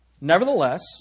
Nevertheless